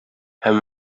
һәм